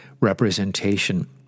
representation